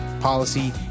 policy